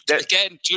again